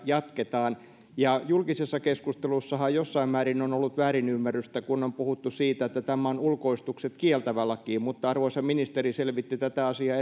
jatketaan julkisessa keskustelussahan jossain määrin on ollut väärinymmärrystä kun on puhuttu siitä että tämän maan ulkoistukset kieltävä laki mutta arvoisa ministeri selvitti tätä asiaa